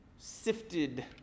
sifted